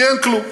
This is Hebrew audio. כי אין כלום.